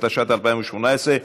התשע"ט 2018,